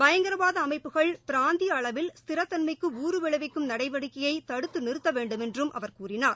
பயங்கரவாத அமைப்புகள் பிராந்திய அளவில் ஸ்திரத் தன்மைக்கு ஊறு விளைவிக்கும் நடவடிக்கையை தடுத்து நிறுத்த வேண்டுமென்றும் அவர் கூறினார்